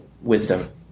wisdom